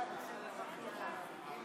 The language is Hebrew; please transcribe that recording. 48, נגד, 58, אין